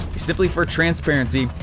simply for transparency,